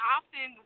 often